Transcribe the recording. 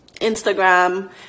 Instagram